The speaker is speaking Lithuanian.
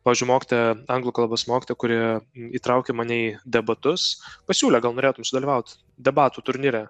pavyzdžiui mokytoja anglų kalbos mokytoja kuri įtraukė mane į debatus pasiūlė gal norėtum sudalyvaut debatų turnyre